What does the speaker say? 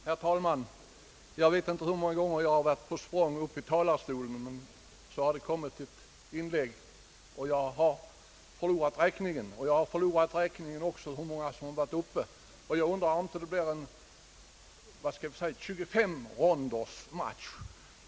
Herr talman! Jag vet inte hur många gånger jag har varit på språng upp i talarstolen. Varje gång har det kommit ett inlägg emellan. Jag har förlorat räkningen också på hur många som varit uppe i debatten, och jag undrar om det inte blir en 25-rondersmatch.